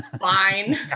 fine